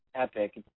epic